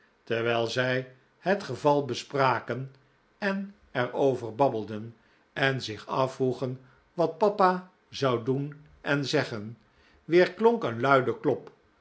terwijl zij het geval bespraken en er over babbelden en zich afvroegen wat papa zou doen en zeggen weerklonk een luide klop